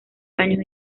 años